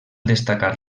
destacar